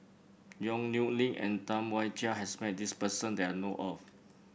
Yong Nyuk Lin and Tam Wai Jia has met this person that I know of